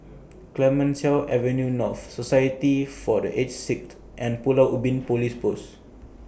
Clemenceau Avenue North Society For The Aged Sick and Pulau Ubin Police Post